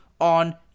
on